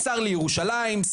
שר לירושלים,